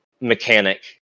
mechanic